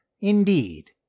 indeed